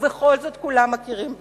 ובכל זאת כולם מכירים בנחיצותה.